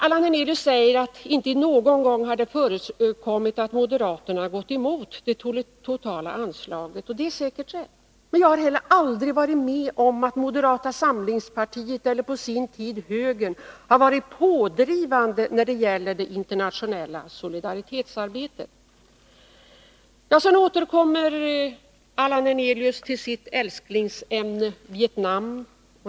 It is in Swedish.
Allan Hernelius säger att det inte någon gång har förekommit att moderaterna gått emot det totala anslaget. Det är säkert rätt. Jag har heller aldrig varit med om att moderata samlingspartiet eller på sin tid högern har varit pådrivande när det gäller det internationella solidaritetsarbetet. Sedan återkommer Allan Hernelius till sitt älsklingsämne Vietnam.